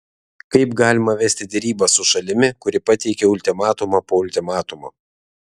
kaip galima vesti derybas su šalimi kuri pateikia ultimatumą po ultimatumo